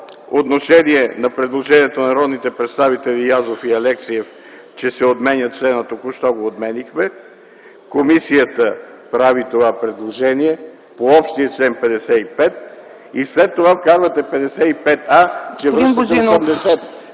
отношение на предложенията на народните представители Язов и Алексиев, че се отменя параграфът, току-що го отменихме. Комисията прави предложение по общия § 55. След това вкарвате § 55а и връщате чл.